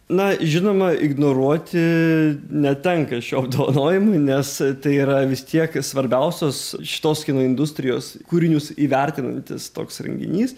na žinoma ignoruoti netenka šių apdovanojimų nes tai yra vis tiek svarbiausius šitos kino industrijos kūrinius įvertinantis toks renginys